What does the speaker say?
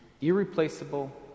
irreplaceable